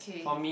okay